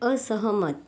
असहमत